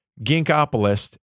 Ginkopolist